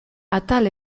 atal